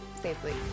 safely